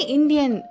Indian